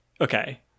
okay